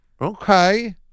Okay